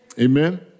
Amen